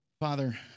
Father